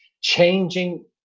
changing